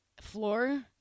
Floor